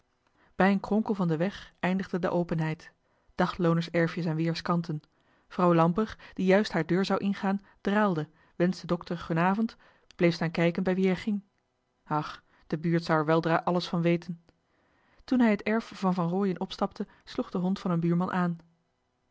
bij een kronkel van den weg eindigde de openheid daglooners erfjes aan weerskanten vrouw lamper die juist haar deur zou ingaan draalde wenschte dokter g'en avent bleef staan kijken bij wie hij ging de buurt zou er weldra alles van weten toen hij het erf van van rooien opstapte sloeg de hond van een buurman aan